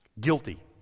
Guilty